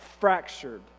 fractured